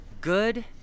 good